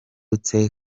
bagenda